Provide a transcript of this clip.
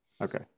Okay